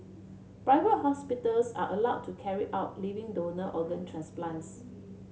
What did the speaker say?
private hospitals are allowed to carry out living donor organ transplants